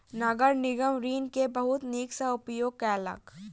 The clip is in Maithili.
नगर निगम ऋण के बहुत नीक सॅ उपयोग केलक